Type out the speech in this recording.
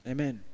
Amen